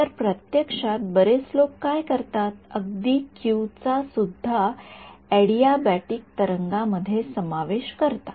तर प्रत्यक्षात बरेच लोक काय करतात अगदी क्यू चा सुद्धा अॅडिएबॅटिक तरंगामध्ये समावेश करतात